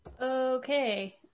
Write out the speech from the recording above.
Okay